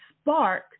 spark